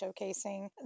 showcasing